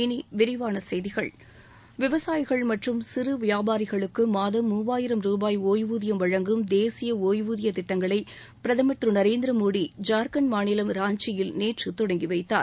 இனி விரிவான செய்திகள் விவசாயிகள் மற்றும் சிறு வியாபாரிகளுக்கு மாதம் மூவாயிரம் ரூபாய் ஒய்வூதியம் வழங்கும் தேசிய ஒய்வூதியத் திட்டங்களை பிரதமா் திரு நரேந்திரமோடி ஜார்க்கண்ட் மாநிலம் ராஞ்சியில் நேற்று தொடங்கி வைத்தார்